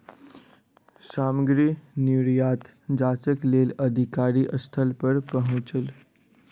सामग्री निर्यात जांचक लेल अधिकारी स्थल पर पहुँचल